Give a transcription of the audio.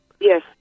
Yes